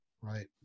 right